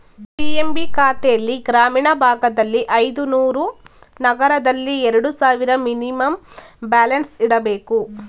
PMB ಖಾತೆಲ್ಲಿ ಗ್ರಾಮೀಣ ಭಾಗದಲ್ಲಿ ಐದುನೂರು, ನಗರದಲ್ಲಿ ಎರಡು ಸಾವಿರ ಮಿನಿಮಮ್ ಬ್ಯಾಲೆನ್ಸ್ ಇಡಬೇಕು